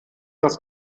das